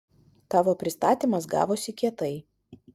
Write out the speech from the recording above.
tavo pristatymas gavosi kietai